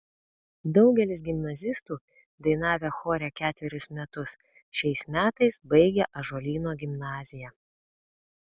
daugelis gimnazistų dainavę chore ketverius metus šiais metais baigia ąžuolyno gimnaziją